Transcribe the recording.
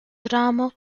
dramo